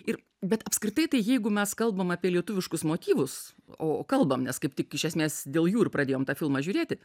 ir bet apskritai tai jeigu mes kalbam apie lietuviškus motyvus o kalbam nes kaip tik iš esmės dėl jų ir pradėjom tą filmą žiūrėti